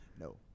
No